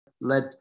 Let